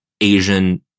asian